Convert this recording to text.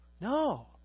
No